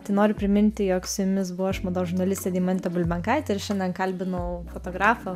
tai noriu priminti jog su jumis buvau aš mados žurnalistė deimantė bulbenkaitė ir šiandien kalbinau fotografą